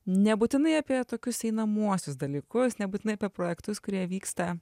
nebūtinai apie tokius einamuosius dalykus nebūtinai apie projektus kurie vyksta